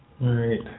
Right